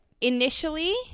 initially